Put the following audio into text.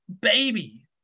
baby